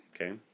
okay